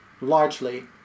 largely